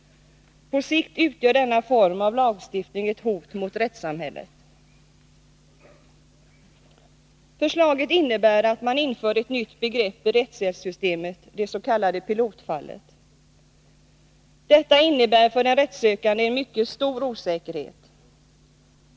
På sikt utgör denna form av lagstiftning ett hot mot rättssamhället. Förslaget innebär att man inför ett nytt begrepp i rättshjälpssystemet, det s.k. pilotfallet. Detta innebär för den rättssökande en mycket stor osäkerhet.